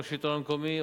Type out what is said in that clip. כמו השלטון המקומי,